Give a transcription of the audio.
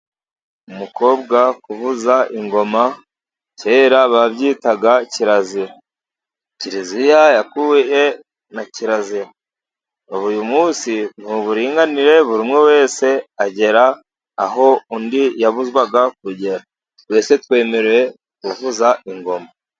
Umukobwa kuvuza ingoma kera babyitaga kirazira, kiriziya yakuye kirazira ,ubu uyu munsi ni uburinganire buri umwe wese agera aho undi yabuzwaga kugera, twese twemerewe kuvuza ingoma.